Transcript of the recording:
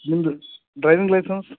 ನಿಮ್ಮದು driving licence